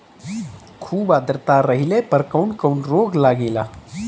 खुब आद्रता रहले पर कौन कौन रोग लागेला?